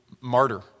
martyr